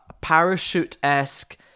parachute-esque